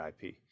IP